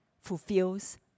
fulfills